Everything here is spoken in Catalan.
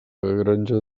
granja